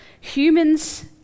humans